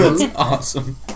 awesome